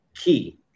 key